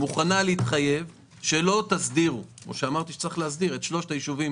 מוכנה להתחייב שלא תסדירו את שלושת היישובים